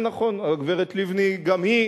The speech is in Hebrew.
הגברת לבני גם היא,